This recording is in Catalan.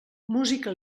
música